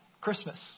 Christmas